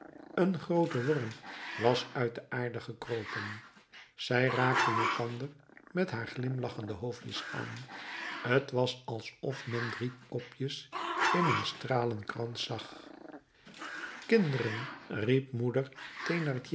een groote worm was uit de aarde gekropen zij raakten elkander met haar glimlachende hoofdjes aan t was alsof men drie kopjes in een stralenkrans zag kinderen riep moeder